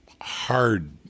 hard